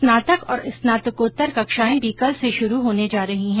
स्नातक और स्नातकोत्तर कक्षायें भी कल से शुरू होने जा रही है